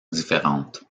différentes